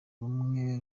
rumwe